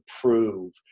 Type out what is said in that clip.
prove